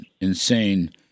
insane